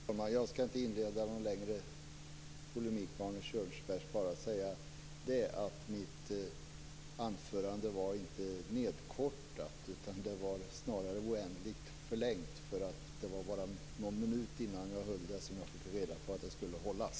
Herr talman! Jag vill inte inleda någon längre polemik med Arne Kjörnsberg. Mitt anförande var inte nedkortat. Det var snarare oändligt förlängt. Det var bara någon minut innan jag höll det som jag fick reda på att det skulle hållas.